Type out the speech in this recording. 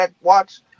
watch